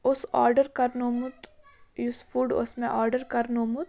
اوس آرڈَر کَرنومُت یُس فُڈ اوس مےٚ آرڈَر کَرنومُت